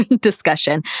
discussion